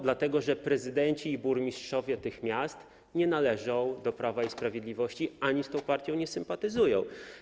Dlatego, że prezydenci i burmistrzowie tych miast nie należą do Prawa i Sprawiedliwości ani z tą partią nie sympatyzują.